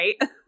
right